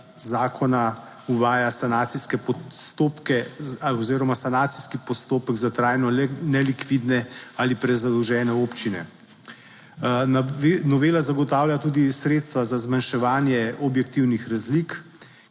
zakona uvaja sanacijske postopke oziroma sanacijski postopek za trajno nelikvidne ali prezadolžene občine. Novela zagotavlja tudi sredstva za zmanjševanje objektivnih razlik.